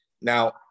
Now